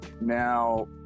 Now